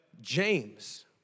James